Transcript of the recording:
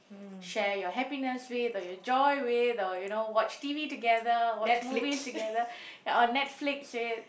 share your happiness with or your joy with or you know watch T_V together watch movies together or Netflix with